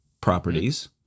properties